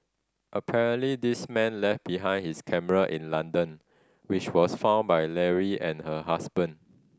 apparently this man left behind his camera in London which was found by Leary and her husband